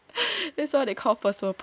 that's what they call first world problems